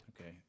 Okay